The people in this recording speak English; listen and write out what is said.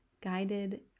guided